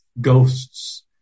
ghosts